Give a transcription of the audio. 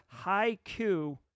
Haiku